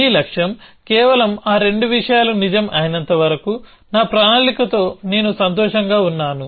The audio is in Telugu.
మీ లక్ష్యం కేవలం ఆ రెండు విషయాలు నిజం అయినంత వరకు నా ప్రణాళిక తో నేను సంతోషంగా ఉన్నాను